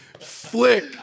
flick